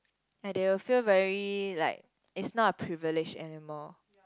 like they will feel very like it's not a privilege anymore